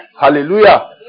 hallelujah